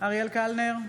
אריאל קלנר,